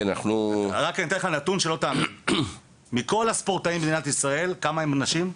אני רוצה רק להוסיף עוד נתון אחד בהקשר הזה שהוא לא ייאמן.